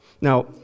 Now